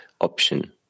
option